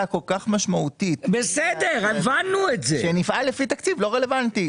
כל כך משמעותית שנפעל לפי תקציב לא רלוונטי.